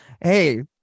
hey